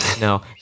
No